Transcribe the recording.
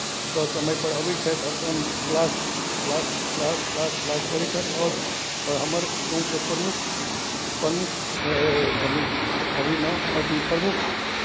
ससमयपर अबै छथि अपन क्लास क्लास क्लास त्लास करै छथि आओर हमर गाँवके प्रमुख प्रमुख अभी अभी न अथि प्रमुख